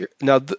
now